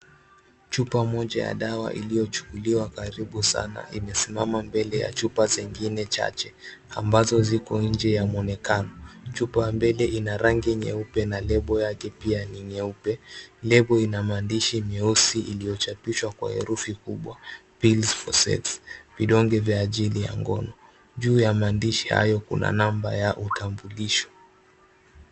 Chupa moja ya dawa iliyochukuliwa karibu sana imesimama mbele ya chupa zingine chache ambazo ziko nje ya mwonekano. Chupa ya mbele ina rangi nyeupe na lebo yake pia ni nyeupe. Lebo ina maandishi meusi iliyochapishwa kwa herufi kubwa, Pills For Sex, vidonge vya ajili ya ngono. Juu ya maandishi hayo kuna namba ya utambulisho.